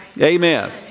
Amen